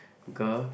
girl